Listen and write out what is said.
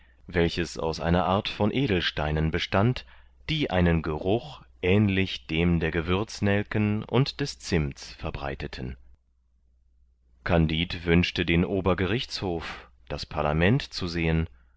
welches aus einer art von edelsteinen bestand die einen geruch ähnlich dem der gewürznelken und des zimmts verbreiteten kandid wünschte den obergerichtshof das parlament zu sehen